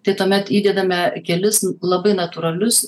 tai tuomet įdedame kelis labai natūralius